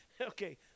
okay